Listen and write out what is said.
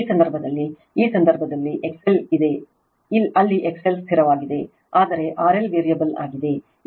ಈ ಸಂದರ್ಭದಲ್ಲಿ ಈ ಸಂದರ್ಭದಲ್ಲಿ ZL ಇದೆ ಅಲ್ಲಿ XL ಸ್ಥಿರವಾಗಿದೆ ಆದರೆ RL ವೇರಿಯಬಲ್ ಆಗಿದೆ